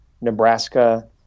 Nebraska